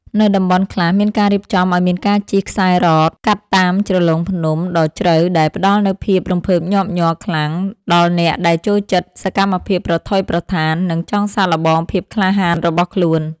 នៅតំបន់ខ្លះមានការរៀបចំឱ្យមានការជិះខ្សែរ៉តកាត់តាមជ្រលងភ្នំដ៏ជ្រៅដែលផ្តល់នូវភាពរំភើបញាប់ញ័រខ្លាំងដល់អ្នកដែលចូលចិត្តសកម្មភាពប្រថុយប្រថាន និង ចង់សាកល្បងភាពក្លាហានរបស់ខ្លួន។